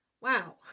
Wow